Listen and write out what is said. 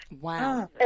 Wow